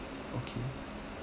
okay